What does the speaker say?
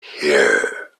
here